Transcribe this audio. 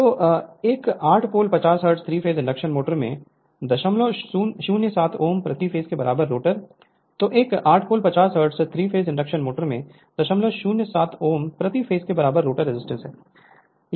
Refer Slide Time 2814 तो एक 8 पोल 50 हर्ट्ज 3 फेस इंडक्शन मोटर में 007 ओम प्रति फेस के बराबर रोटर रजिस्टेंस है